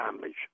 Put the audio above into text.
damage